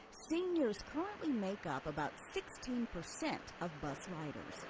seniors currently make up about sixteen percent of bus riders.